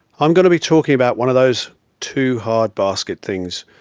i'm going to be talking about one of those too hard basket things,